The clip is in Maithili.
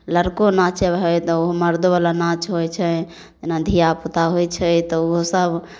लड़को नाचै हइ तऽ ओहो मर्दोवला नाच होइ छै जेना धियापुता होइ छै तऽ ओहोसभ